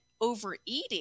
overeating